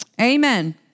Amen